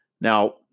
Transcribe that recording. Now